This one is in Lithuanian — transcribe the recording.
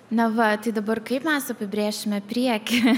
na va tai dabar kaip mes apibrėšime priekį